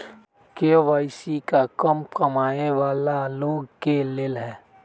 KYC का कम कमाये वाला लोग के लेल है?